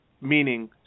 meaning –